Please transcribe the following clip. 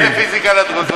מה זה פיזיקה לדרוזים?